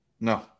No